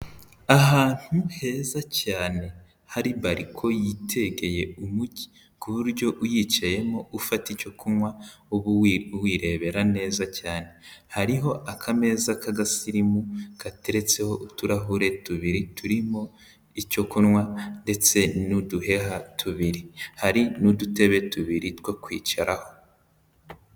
Ahantu heza cyane hari bariko yitegeye umugi, ku buryo uyicayemo ufata icyo kunywa uba uwirebera neza cyane, hariho akameza k'agasirimu gateretseho uturahure tubiri, turimo icyo kunywa ndetse n'uduheha tubiri, hari n'udutebe tubiri two kwicaraho.